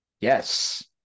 yes